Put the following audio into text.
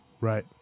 right